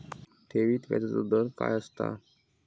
ठेवीत व्याजचो दर काय असता?